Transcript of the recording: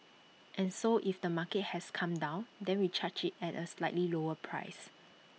and so if the market has come down then we charge IT at A slightly lower price